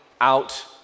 out